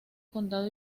condado